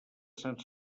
sant